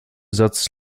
satz